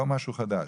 לא משהו חדש,